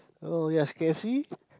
oh yes k_f_c